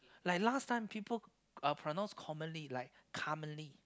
like last time people uh pronounce commonly like commonly